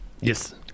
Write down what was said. yes